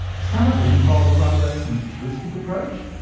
some of them involve a rather simplistic approach.